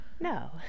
No